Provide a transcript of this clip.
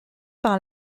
par